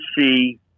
see